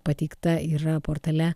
pateikta yra portale